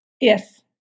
yes